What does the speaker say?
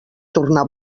tornar